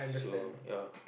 so ya